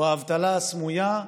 או האבטלה הסמויה,